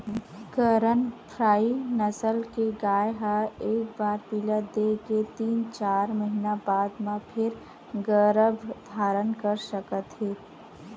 करन फ्राइ नसल के गाय ह एक बार पिला दे के तीन, चार महिना बाद म फेर गरभ धारन कर सकत हे